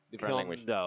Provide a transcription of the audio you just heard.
language